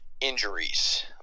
injuries